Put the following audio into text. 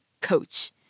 coach